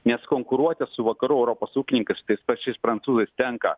nes konkuruoti su vakarų europos ūkininkus tais pačiais prancūzais tenka